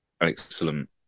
Excellent